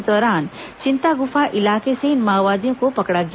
इस दौरान चिंतागुफा इलाके से इन माओवादियों को पकड़ा गया